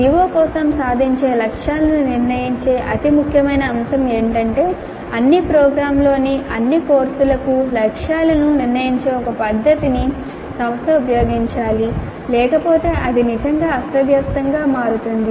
CO కోసం సాధించే లక్ష్యాలను నిర్ణయించే అతి ముఖ్యమైన అంశం ఏమిటంటే అన్ని ప్రోగ్రామ్లలోని అన్ని కోర్సులకు లక్ష్యాలను నిర్ణయించే ఒక పద్ధతిని సంస్థ ఉపయోగించాలి లేకపోతే అది నిజంగా అస్తవ్యస్తంగా మారుతుంది